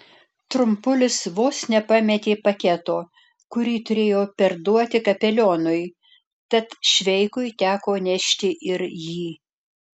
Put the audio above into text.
trumpulis vos nepametė paketo kurį turėjo perduoti kapelionui tad šveikui teko nešti ir jį